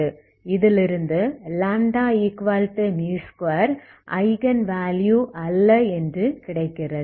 இதிலிருந்து λ2 eigen value அல்ல என்று கிடைக்கிறது